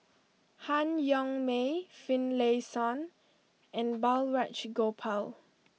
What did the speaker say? Han Yong May Finlayson and Balraj Gopal